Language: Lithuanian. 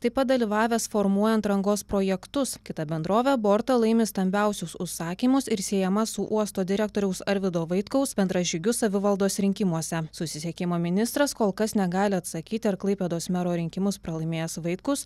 taip pat dalyvavęs formuojant rangos projektus kita bendrovė borta laimi stambiausius užsakymus ir siejama su uosto direktoriaus arvydo vaitkaus bendražygiu savivaldos rinkimuose susisiekimo ministras kol kas negali atsakyti ar klaipėdos mero rinkimus pralaimėjęs vaitkus